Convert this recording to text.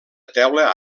teula